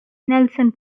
nelson